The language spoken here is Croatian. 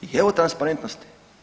I evo transparentnosti.